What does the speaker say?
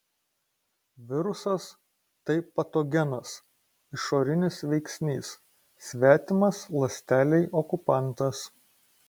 virusas tai patogenas išorinis veiksnys svetimas ląstelei okupantas